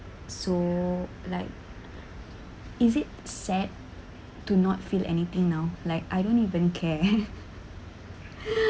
so like is it sad to not feel anything now like I don't even care